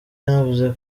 yanavuze